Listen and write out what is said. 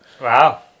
wow